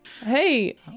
Hey